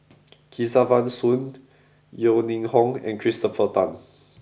Kesavan Soon Yeo Ning Hong and Christopher Tan